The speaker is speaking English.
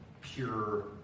pure